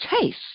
taste